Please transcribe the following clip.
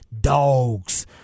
Dogs